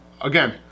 again